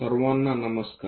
सर्वांना नमस्कार